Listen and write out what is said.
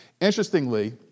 Interestingly